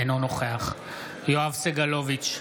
אינו נוכח יואב סגלוביץ'